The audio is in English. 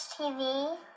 TV